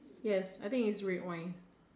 yes I think is red wine